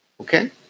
okay